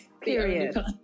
Period